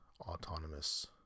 autonomous